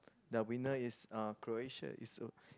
the winner is uh Croatia is